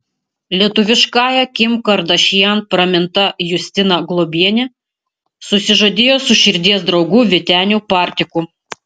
lietuviškąja kim kardašian praminta justina globienė susižadėjo su širdies draugu vyteniu partiku